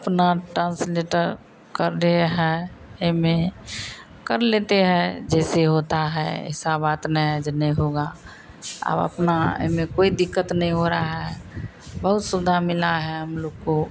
अपना ट्रान्सलेटर कर लिए हैं इसमें कर लेते हैं जैसे होता है ऐसी बात नहीं है जो नहीं होगा अब अपना इसमें कोई दिक्कत नहीं हो रही है बहुत सुविधा मिली है हमलोग को